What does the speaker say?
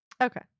Okay